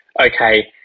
okay